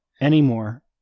anymore